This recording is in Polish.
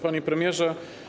Panie Premierze!